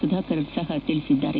ಸುಧಾಕರ್ ತಿಳಿಸಿದ್ದಾರೆ